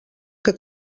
que